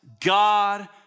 God